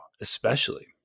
especially-